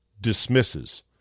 dismisses